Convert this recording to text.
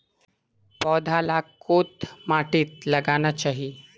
पौधा लाक कोद माटित लगाना चही?